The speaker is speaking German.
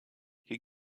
hier